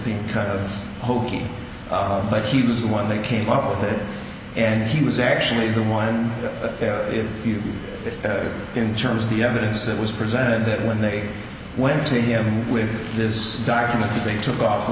being kind of hokey but he was the one that came up with it and he was actually the one if you in terms of the evidence that was presented that when they went to him with